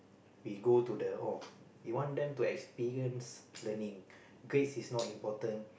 we go to the oh we want them to experience learning grades is not important